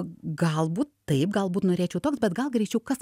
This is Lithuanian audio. galbūt taip galbūt norėčiau toks bet gal greičiau kas